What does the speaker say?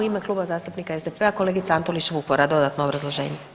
U ime Kluba zastupnika SDP-a, kolegica Antolić Vupora dodatno obrazloženje.